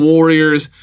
Warriors